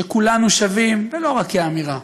שכולנו שווים, ולא רק כאמירה,